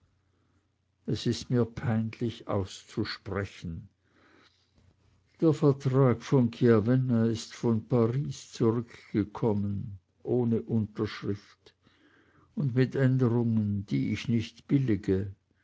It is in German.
es ist mir peinlich auszusprechen der vertrag von chiavenna ist von paris zurückgekommen ohne unterschrift und mit änderungen die ich nicht billige